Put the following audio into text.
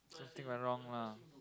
just think I'm wrong lah